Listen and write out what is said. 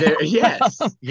yes